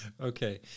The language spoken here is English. Okay